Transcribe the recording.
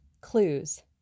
clues